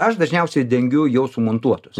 aš dažniausiai dengiu jau sumontuotus